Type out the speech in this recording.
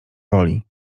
woli